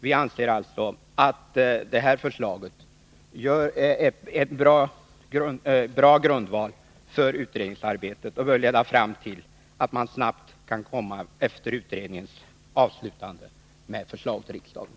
Vi anser alltså att det här förslaget är en bra grundval för utredningsarbetet och bör leda fram till att man efter utredningens avslutande snabbt kan framlägga ett förslag för riksdagen.